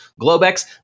Globex